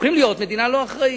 הופכים להיות מדינה לא אחראית.